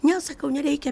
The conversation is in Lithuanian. ne sakau nereikia